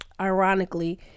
ironically